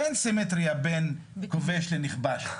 אין סימטריה בין כובש לנכבש.